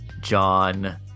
John